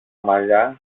μαλλιά